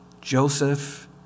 Joseph